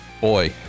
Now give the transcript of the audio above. Boy